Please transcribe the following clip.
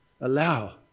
allow